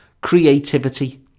creativity